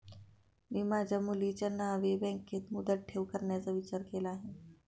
मी माझ्या मुलीच्या नावे बँकेत मुदत ठेव करण्याचा विचार केला आहे